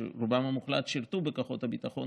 שרובם המוחלט שירתו בכוחות הביטחון,